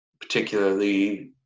particularly